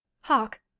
Hark